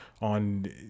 on